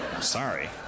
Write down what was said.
Sorry